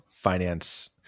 finance